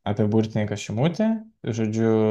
apie burtininką šimutį žodžiu